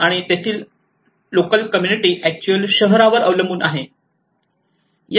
आणि तेथील local community actually शहरावर अवलंबून आहेत